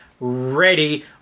ready